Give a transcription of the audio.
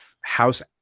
house